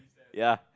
ya